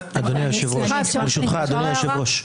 בוקר טוב, אדוני היושב-ראש.